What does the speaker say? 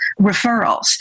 referrals